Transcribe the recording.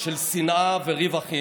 של שנאה וריב אחים.